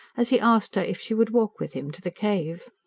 as he asked her if she would walk with him to the cave.